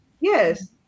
Yes